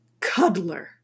cuddler